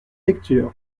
lecture